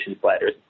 sliders